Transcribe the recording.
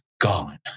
gone